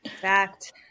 Fact